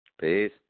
Peace